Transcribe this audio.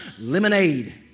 lemonade